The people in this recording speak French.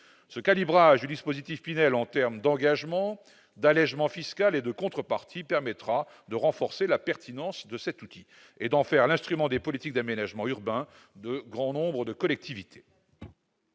tel calibrage du dispositif Pinel, qu'il s'agisse de l'engagement, de l'allégement fiscal et de la contrepartie, permettra de renforcer la pertinence de cet outil et d'en faire l'instrument des politiques d'aménagement urbain d'un grand nombre de collectivités